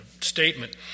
statement